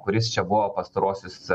kuris čia buvo pastaruosius